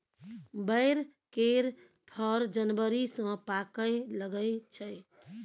बैर केर फर जनबरी सँ पाकय लगै छै